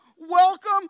Welcome